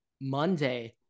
monday